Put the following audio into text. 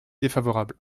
défavorable